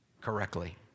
correctly